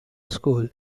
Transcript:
school